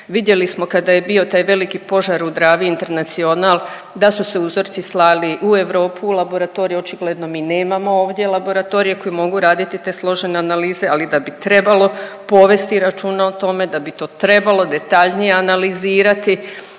Vidjeli smo kada je bio taj veliki požar u Dravi International da su se uzorci slali u Europu u laboratorij, očigledno mi nemamo ovdje laboratorije koji mogu raditi te složene analize, ali da bi trebalo povesti računa o tome, da bi to trebalo detaljnije analizirati,